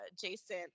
Jason